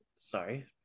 sorry